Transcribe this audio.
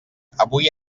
avui